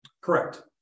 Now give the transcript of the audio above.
Correct